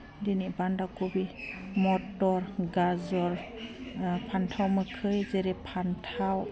दिनै बान्दा खबि मटर गाजर फान्थाव मोखै जेरै फान्थाव